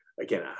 again